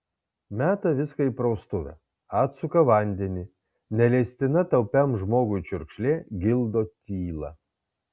meta viską į praustuvę atsuka vandenį neleistina taupiam žmogui čiurkšlė gildo tylą